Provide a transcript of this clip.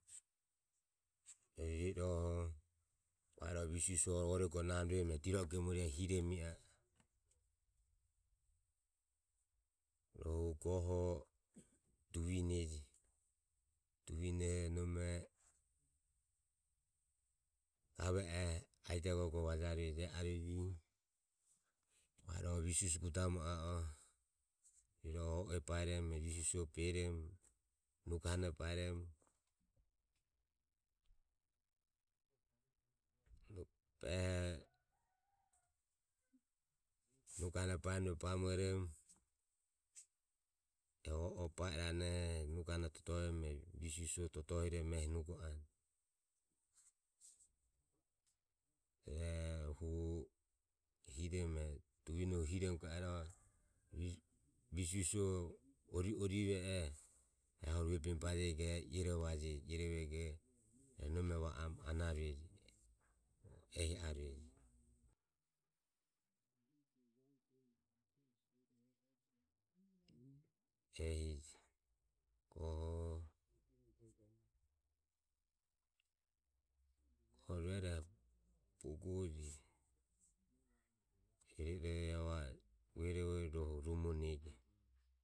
Ehi rue iroho va iroho arua visu visue orego baeromo rue iroho e diro o gemore hiromo ie a e. Rohu goho duvine je, duvinoho nome gave oho idea gogo vajarueje e a rueje va iroho visu visue gudamo a e va o e baeromo visu visue beromo nugo hanoho baeromo rueroho nugo hano baeromo ro bamoromo e o oho ba irano e nugo hanoho totohiromo e visu visuoho totohiromo nugo anue e hu hiromo rueroho duvinoho hiromo ga anue visu visuoho ori oriveoho ae hu rueromo bajego e irovaje ae nome va oromo ana rueje ehi arueje. Ehije goho rueroho bogo je iro iroho ae va o vuehorove rohu rumonege.